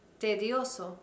tedioso